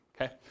okay